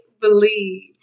believe